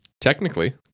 Technically